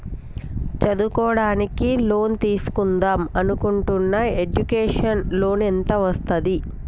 చదువుకోవడానికి లోన్ తీస్కుందాం అనుకుంటున్నా ఎడ్యుకేషన్ లోన్ ఎంత వస్తది?